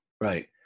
Right